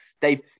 Dave